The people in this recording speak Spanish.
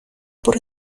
por